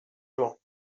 jours